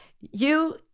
You